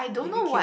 B_B_Q